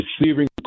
receiving